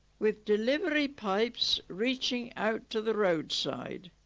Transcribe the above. with delivery pipes reaching out to the roadside